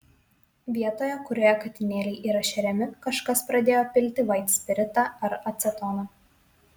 vietoje kurioje katinėliai yra šeriami kažkas pradėjo pilti vaitspiritą ar acetoną